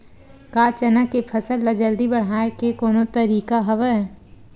का चना के फसल ल जल्दी बढ़ाये के कोनो तरीका हवय?